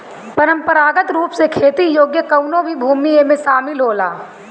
परंपरागत रूप से खेती योग्य कवनो भी भूमि एमे शामिल होला